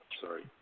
Sorry